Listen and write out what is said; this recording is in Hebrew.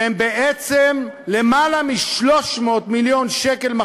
שלהן בעצם מחזור של למעלה מ-300 מיליון שקל,